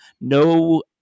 No